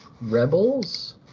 Rebels